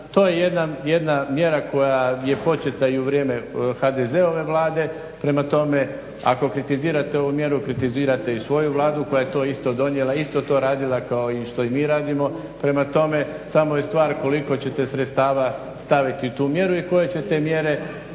to je jedna mjera koja je početa i u vrijeme HDZ-ove Vlade, prema tome ako kritizirate ovu mjeru kritizirate i svoju Vladu koja je to isto donijela, isto to radila kao i što i mi radimo. Prema tome, samo je stvar koliko ćete sredstava staviti u tu mjeru i koje ćete mjere